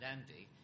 Andy